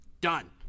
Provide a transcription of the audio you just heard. Done